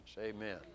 amen